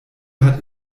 hat